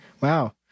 Wow